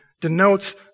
denotes